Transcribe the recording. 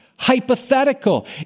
Hypothetical